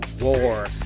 War